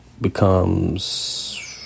becomes